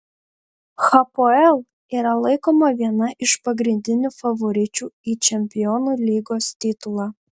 hapoel yra laikoma viena iš pagrindinių favoričių į čempionų lygos titulą